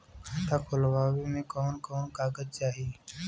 खाता खोलवावे में कवन कवन कागज चाही?